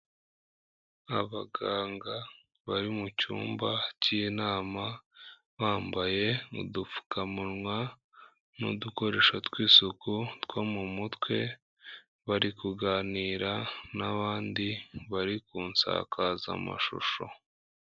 Abaganga bari mucmba cy'inama bambaye udupfukamunwa n'udukoresho tw'isuku two mu mutwe, bari kuganira n'abandi bari ku insakazamashusho.